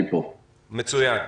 מצוין.